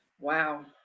Wow